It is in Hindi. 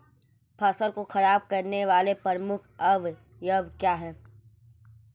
फसल को खराब करने वाले प्रमुख अवयव क्या है?